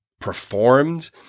performed